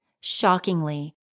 Shockingly